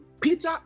Peter